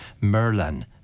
Merlin